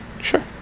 Sure